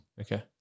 Okay